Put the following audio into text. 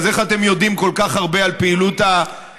איך אתם יודעים כל כך הרבה על פעילות המשרד?